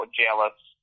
jealous